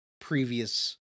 previous